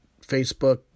Facebook